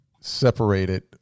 separated